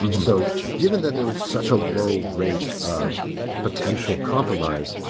so given that there was such a low rate of potential compromise.